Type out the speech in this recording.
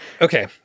Okay